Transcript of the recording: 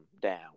down